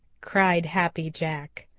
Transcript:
cried happy jack.